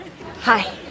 Hi